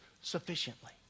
sufficiently